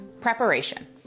Preparation